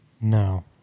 No